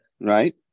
right